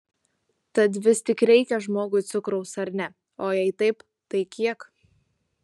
tad vis tik reikia žmogui cukraus ar ne o jei taip tai kiek